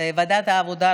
ועדת העבודה,